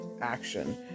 action